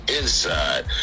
inside